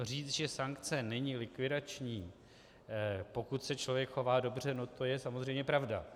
Říct, že sankce není likvidační, pokud se člověk chová dobře, je samozřejmě pravda.